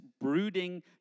brooding